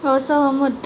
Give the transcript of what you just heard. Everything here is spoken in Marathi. असहमत